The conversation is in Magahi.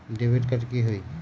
डेबिट कार्ड की होई?